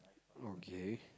okay